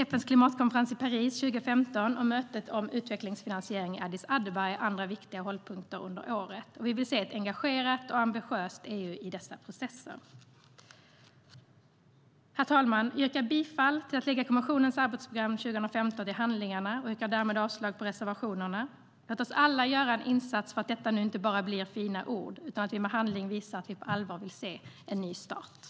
FN:s klimatkonferens i Paris 2015 och mötet om utvecklingsfinansiering i Addis Abeba är andra viktiga hållpunkter under året. Vi vill se ett engagerat och ambitiöst EU i dessa processer.